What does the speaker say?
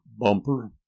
Bumper